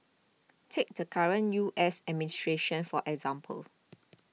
take the current U S administration for example